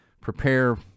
prepare